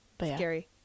Scary